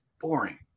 boring